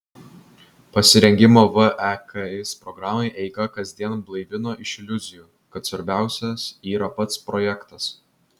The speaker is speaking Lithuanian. pasirengimo veks programai eiga kasdien blaivino iš iliuzijų kad svarbiausias yra pats projektas